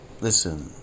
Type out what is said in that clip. listen